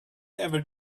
ever